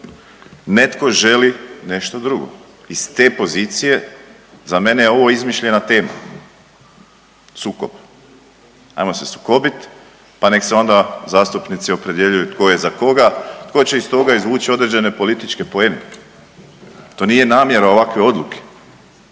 netko želi nešto drugo. Iz te pozicije za mene je ovo izmišljena tema, sukob. Hajmo se sukobiti pa nek' se onda zastupnici opredjeljuju tko je za koga, tko će iz toga izvući određene političke poene. To nije namjera ovakve odluke